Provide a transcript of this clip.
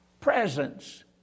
presence